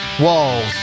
Walls